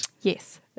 yes